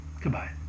Goodbye